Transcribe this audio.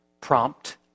Prompt